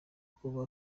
kuba